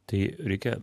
tai reikia